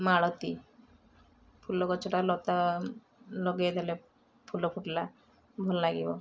ମାଳତୀ ଫୁଲ ଗଛଟା ଲତା ଲଗେଇଦେଲେ ଫୁଲ ଫୁଟିଲା ଭଲ ଲାଗିବ